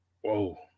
Whoa